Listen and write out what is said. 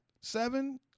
Seven